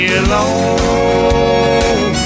alone